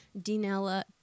Dinella